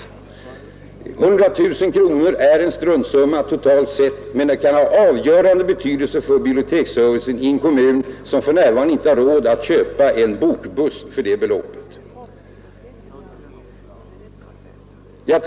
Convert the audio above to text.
100 000 kronor är en struntsumma totalt sett men kan ha avgörande betydelse för biblioteksservicen i en kommun som för närvarande inte har råd att köpa en bokbuss för det beloppet.